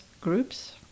groups